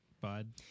bud